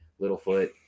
Littlefoot